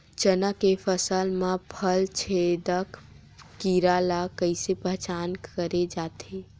चना के फसल म फल छेदक कीरा ल कइसे पहचान करे जाथे?